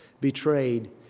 betrayed